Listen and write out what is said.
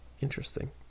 Interesting